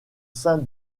sein